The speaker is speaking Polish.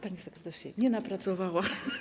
Pani sekretarz się nie napracowała.